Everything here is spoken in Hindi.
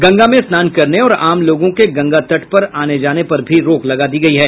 गंगा में स्नान करने और आम लोगों के गंगा तट पर आने जाने पर भी रोक लगा दी है